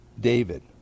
David